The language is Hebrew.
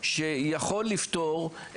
יש קושי מהרגע שאנחנו מכירים צורך